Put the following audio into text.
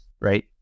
right